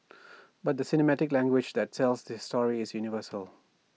but the cinematic language that tells this story is universal